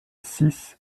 six